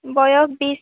বয়স বিশ